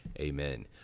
Amen